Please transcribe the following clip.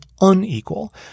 unequal